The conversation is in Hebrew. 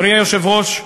אדוני היושב-ראש,